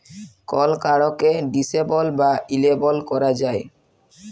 call কাড়কে disable বা enable ক্যরা যায়